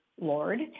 Lord